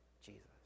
Jesus